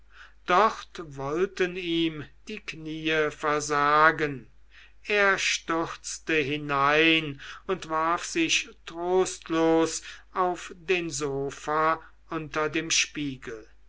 dort wollten ihm die kniee versagen er stürzte hinein und warf sich trostlos auf den sofa unter dem spiegel